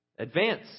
advance